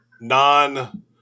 non